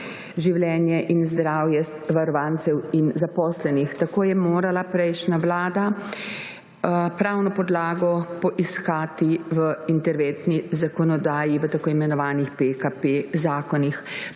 življenje in zdravje varovancev in zaposlenih. Tako je morala prejšnja vlada pravno podlago poiskati v interventni zakonodaji, v tako imenovanih zakonih